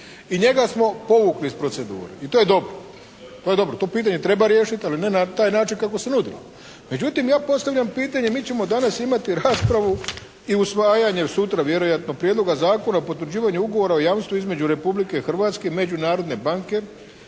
i njega smo povukli iz procedure i to je dobro. To je dobro. To pitanje treba riješiti, ali ne na taj način kako se nudilo. Međutim, ja postavljam pitanje, mi ćemo danas imati raspravu i usvajanje sutra vjerojatno Prijedloga Zakona o potvrđivanju ugovora o jamstvu između Republike Hrvatske i međunarodne banke